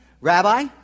Rabbi